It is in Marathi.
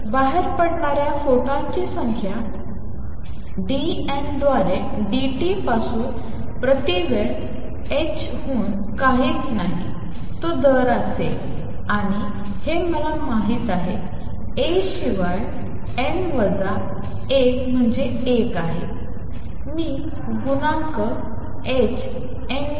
तर बाहेर पडणाऱ्या फोटॉनची संख्या d n द्वारे d t पासून प्रति युनिट वेळ h हून काहीच नाही तो दर असेल आणि हे मला माहीत आहे A शिवाय n वजा 1 म्हणजे 1 आहे मी गुणांक h nu ची गणना करत आहे